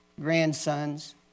grandsons